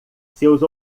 seus